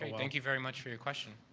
thank you very much for your question.